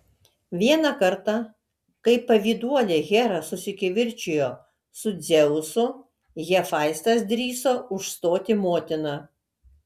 vieną kartą kai pavyduolė hera susikivirčijo su dzeusu hefaistas drįso užstoti motiną